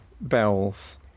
bells